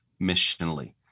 missionally